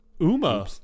Uma